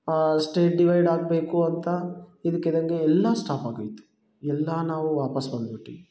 state divide ಆಗಬೇಕು ಅಂತ ಇದ್ದಕ್ಕಿದ್ದಂಗೆ ಎಲ್ಲ ಸ್ಟಾಪ್ ಆಗೋಯಿತು ಎಲ್ಲ ನಾವು ವಾಪಾಸ್ ಬಂದುಬಿಟ್ವಿ